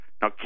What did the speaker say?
Now